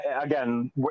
again